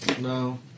No